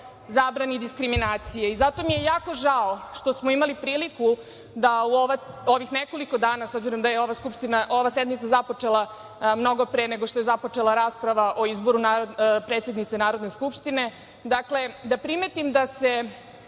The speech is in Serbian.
zabrani diskriminacije i zato mi je jako žao što smo imali priliku da u ovih nekoliko dana, s obzirom da je ova sednica započela mnogo pre nego što je započela rasprava o izboru predsednice Narodne skupštine, da primetim da se